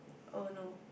oh no